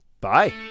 Bye